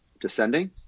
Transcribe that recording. descending